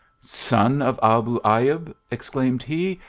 son of abu ayub, exclaimed he,